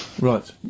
Right